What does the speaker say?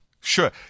Sure